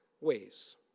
ways